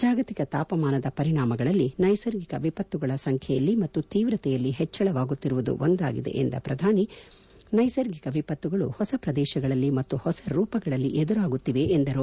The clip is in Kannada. ಜಾಗತಿಕ ತಾಪಮಾನದ ಪರಿಣಾಮಗಳಲ್ಲಿ ನೈಸರ್ಗಿಕ ವಿಪತ್ತುಗಳ ಸಂಖ್ಯೆಯಲ್ಲಿ ಮತ್ತು ತೀವ್ರತೆಯಲ್ಲಿ ಹೆಚ್ಚಳವಾಗುತ್ತಿರುವುದು ಒಂದಾಗಿದೆ ಎಂದ ಪ್ರಧಾನಿ ಮೋದಿ ನ್ವೆಸರ್ಗಿಕ ವಿಪತ್ತುಗಳು ಹೊಸ ಪ್ರದೇಶಗಳಲ್ಲಿ ಮತ್ತು ಹೊಸ ರೂಪಗಳಲ್ಲಿ ಎದುರಾಗುತ್ತಿವೆ ಎಂದರು